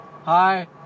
Hi